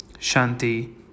Shanti